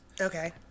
okay